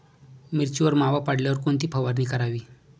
मिरचीवर मावा पडल्यावर कोणती फवारणी करावी?